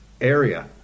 area